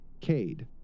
Cade